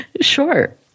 Sure